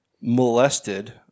molested